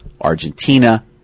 Argentina